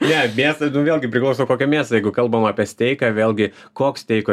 ne mėsai nu vėlgi priklauso kokia mėsa jeigu kalbam apie steiką vėlgi koks steiko